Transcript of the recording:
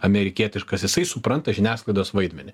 amerikietiškas jisai supranta žiniasklaidos vaidmenį